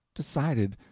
decided,